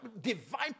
divine